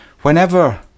Whenever